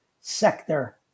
sector